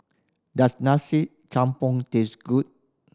does Nasi Campur taste good